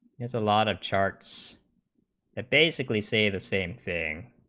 is a lot of charts basically say the same thing